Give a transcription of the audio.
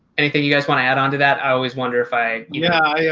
anything you guys want to add on to that? i always wonder if i, you yeah yeah